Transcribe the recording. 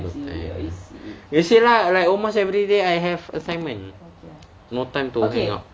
no time lah you see ah like almost everyday I have assignment no time to hang out